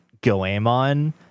Goemon